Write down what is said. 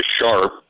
sharp